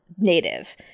native